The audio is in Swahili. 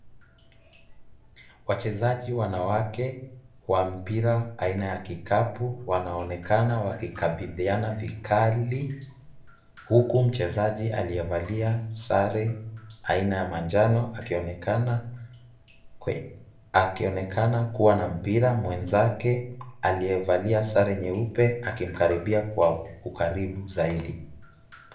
Wachezaji wanawake wa mpira aina ya kikapu wanaonekana wakikabidhiana vikali, huku mchezaji aliyevalia sare aina ya manjano akionekana kuwa na mpira mwenzake aliyevalia sare nyeupe akimkaribia kwa ukaribu zaidi.